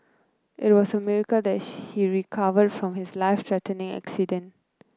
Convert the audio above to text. it was a miracle that he recovered from his life threatening accident